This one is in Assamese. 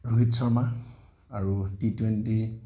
ৰোহিত শৰ্মা আৰু টি টুৱেণ্টি